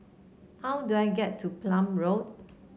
how do I get to Palm Road